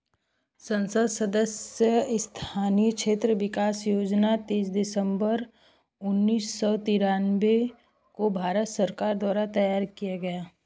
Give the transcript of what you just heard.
संसद सदस्य स्थानीय क्षेत्र विकास योजना तेईस दिसंबर उन्नीस सौ तिरान्बे को भारत सरकार द्वारा तैयार किया गया